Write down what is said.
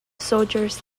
soldiers